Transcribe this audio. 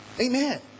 Amen